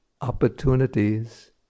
opportunities